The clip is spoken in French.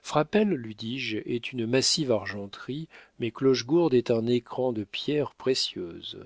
frapesle lui dis-je est une massive argenterie mais clochegourde est un écrin de pierres précieuses